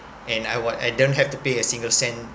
and I what I don't have to pay a single cent